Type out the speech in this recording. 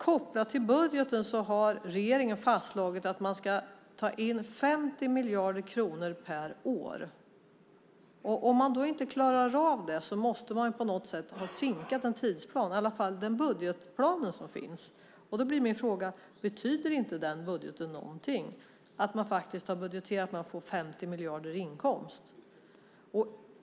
Kopplat till budgeten har regeringen fastslagit att man ska ta in 50 miljarder kronor per år. Om man inte klarar av det måste man ju på något sätt ha sinkat en tidsplan, i alla fall den budgetplan som finns. Min fråga är: Betyder inte den budgeten någonting? Betyder det ingenting att man har budgeterat med 50 miljarder i inkomst?